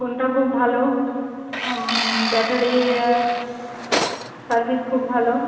ফোনটা খুব ভালো ব্যাটারি সার্ভিস খুব ভালো